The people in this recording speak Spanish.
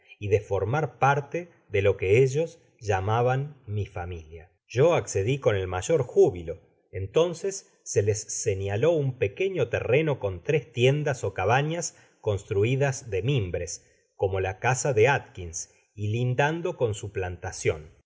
y de formar parte de lo que ellos llamaban mi familia yo accedi con el mayor júbilo entonces se les señaló un pequeño terreno con tres tiendas ó cabañas construidas de mimbres como la casa de atkins y lindando con